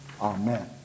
Amen